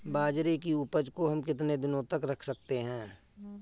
बाजरे की उपज को हम कितने दिनों तक रख सकते हैं?